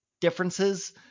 differences